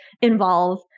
involve